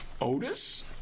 Otis